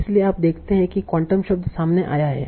इसलिए आप देखेंते है कि क्वांटम शब्द सामने आया है